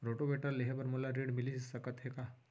Rotavator लेहे बर मोला ऋण मिलिस सकत हे का?